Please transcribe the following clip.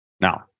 Now